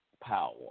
power